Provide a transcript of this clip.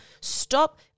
Stop